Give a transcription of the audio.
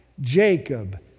Jacob